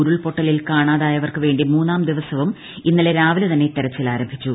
ഉരുൾപൊട്ടലിൽ കാണാതായവർക്ക് വേണ്ടി മൂന്നാം ദിവസവും ഇന്നലെ രാവിലെ തന്നെ തിരച്ചിൽ ആരംഭിച്ചു